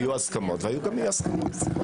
היו הסכמות וגם היו אי הסכמות.